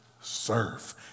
serve